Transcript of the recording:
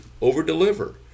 over-deliver